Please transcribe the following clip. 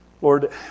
Lord